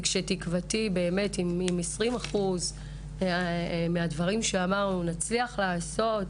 ואם 20% מהדברים שאמרנו נצליח לעשות,